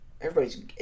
Everybody's